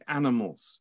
animals